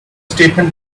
statement